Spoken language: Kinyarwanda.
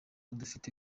dufite